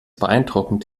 beeindruckend